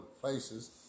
places